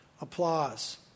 applause